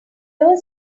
ever